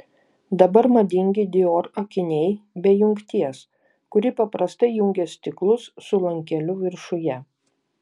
dabar madingi dior akiniai be jungties kuri paprastai jungia stiklus su lankeliu viršuje